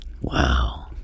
wow